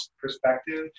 perspective